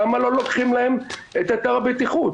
למה לא לוקחים להם את היתר הבטיחות?